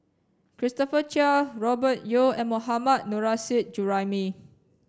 Christopher Chia Robert Yeo and Mohammad Nurrasyid Juraimi